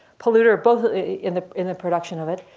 polluter, both in the in the production of it.